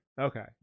Okay